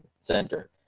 center